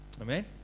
Amen